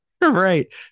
right